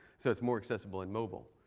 so it's more assessable in mobile.